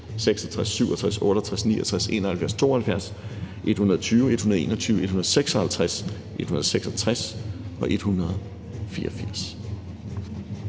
66, 67, 68, 69, 71, 72, 120, 121, 156, 166 og 184.